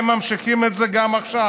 הם ממשיכים את זה גם עכשיו.